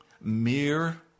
mere